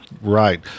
Right